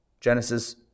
Genesis